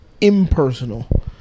impersonal